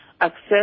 accept